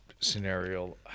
scenario